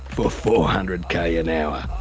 for four hundred k an hour.